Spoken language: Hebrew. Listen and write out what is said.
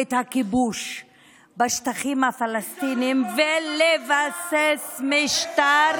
את הכיבוש בשטחים הפלסטיניים ולבסס את משטר